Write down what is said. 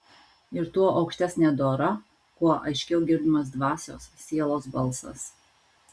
ir tuo aukštesnė dora kuo aiškiau girdimas dvasios sielos balsas